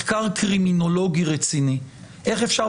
מחקר קרימינולוגי רציני; איך אפשר,